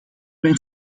mijn